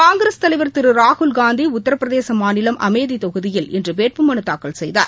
காங்கிரஸ் தலைவா் திரு ராகுல்காந்தி உத்திரபிரதேச மாநிலம் அமேதி தொகுதியில் இன்று வேட்புமனு தாக்கல் செய்தார்